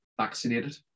vaccinated